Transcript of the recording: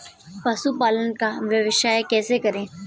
पशुपालन का व्यवसाय कैसे करें?